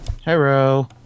hello